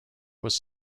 was